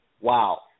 Wow